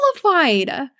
qualified